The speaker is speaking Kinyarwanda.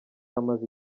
amaze